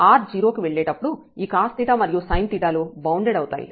r 0 కి వెళ్ళేటప్పుడు ఈ cos మరియు sin లు బౌండెడ్ అవుతాయి